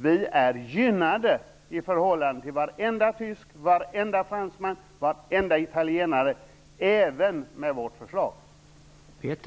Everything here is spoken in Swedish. Vi svenskar är gynnade i förhållande till varenda tysk, varenda fransman och varenda italienare, även med förslaget